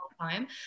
time